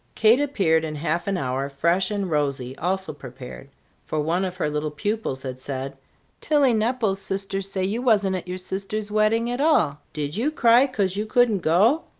kate appeared in half an hour, fresh and rosy, also prepared for one of her little pupils had said tilly nepple's sister say you wasn't at your sister's wedding at all. did you cry cause you couldn't go?